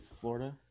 Florida